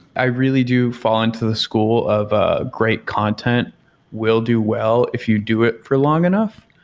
i really do fall into the school of a great content will do well if you do it for long enough.